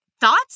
thoughts